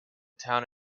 town